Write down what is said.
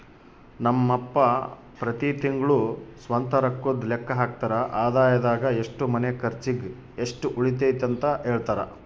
ನಮ್ ಅಪ್ಪ ಪ್ರತಿ ತಿಂಗ್ಳು ಸ್ವಂತ ರೊಕ್ಕುದ್ ಲೆಕ್ಕ ಹಾಕ್ತರ, ಆದಾಯದಾಗ ಎಷ್ಟು ಮನೆ ಕರ್ಚಿಗ್, ಎಷ್ಟು ಉಳಿತತೆಂತ ಹೆಳ್ತರ